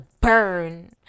burn